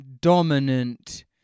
dominant